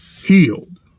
healed